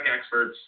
experts